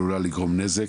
עלולה לגרום נזק,